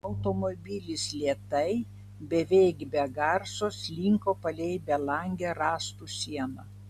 automobilis lėtai beveik be garso slinko palei belangę rąstų sieną